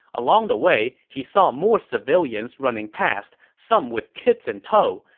along the way, he saw more civilians running past, some with kids in tow,